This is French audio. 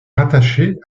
rattachée